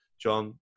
john